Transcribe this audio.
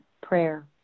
prayer